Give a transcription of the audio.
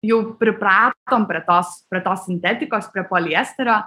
jau pripratom prie tos prie tos sintetikos prie poliesterio